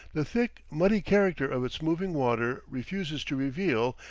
the thick, muddy character of its moving water refuses to reveal,